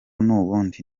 n’ubundi